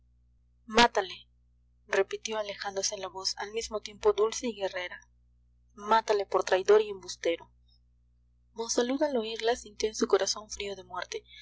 mátale repitió alejándose la voz al mismo tiempo dulce y guerrera mátale por traidor y embustero monsalud al oírla sintió en su corazón frío de muerte